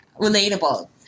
relatable